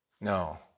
No